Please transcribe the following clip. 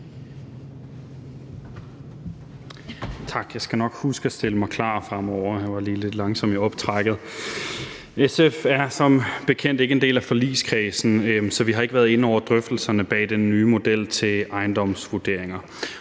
SF er som bekendt ikke en del af forligskredsen, så vi har ikke været inde over drøftelserne bag den nye model til ejendomsvurderinger,